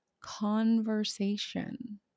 conversation